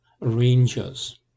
Rangers